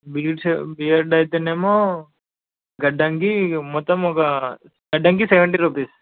beard shave beard అయితేనేమో గడ్డంకి ఇక మొత్తం ఒక గడ్డంకి సెవెంటీ రుపీస్